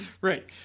Right